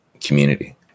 community